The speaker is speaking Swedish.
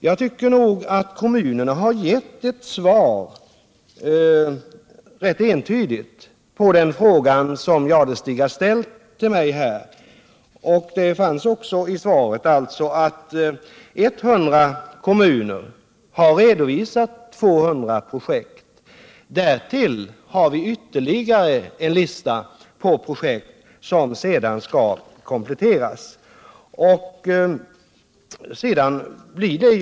Jag tycker nog att kommunerna rätt entydigt har svarat på den fråga som Thure Jadestig har ställt till mig. Som framhålls i svaret har alltså 100 kommuner redovisat 200 projekt. Därtill har vi en kompletterande lista på ytterligare projekt.